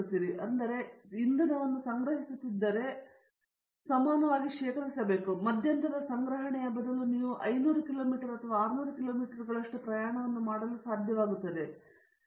ಆದ್ದರಿಂದ ನೀವು ಇಂಧನವನ್ನು ಸಂಗ್ರಹಿಸುತ್ತಿದ್ದರೆ ಅದಕ್ಕೆ ಸಮಾನಕ್ಕೆ ನಾವು ಶೇಖರಿಸಬೇಕು ಆದ್ದರಿಂದ ಮಧ್ಯಂತರ ಸಂಗ್ರಹಣೆಯ ಬದಲು ನೀವು 500 ಕಿಲೋಮೀಟರ್ ಅಥವಾ 600 ಕಿಲೋಮೀಟರುಗಳಷ್ಟು ಪ್ರಯಾಣವನ್ನು ಮಾಡಲು ಸಾಧ್ಯವಾಗುತ್ತದೆ